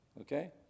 okay